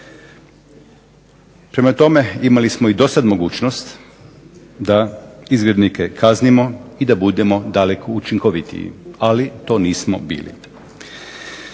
Prema tome imali smo i dosad mogućnost da izgrednike kaznimo i da budemo daleko učinkovitiji, ali to nismo bili.